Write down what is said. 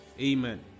Amen